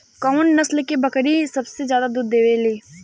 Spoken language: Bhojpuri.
कउन नस्ल के बकरी सबसे ज्यादा दूध देवे लें?